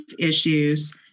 issues